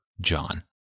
John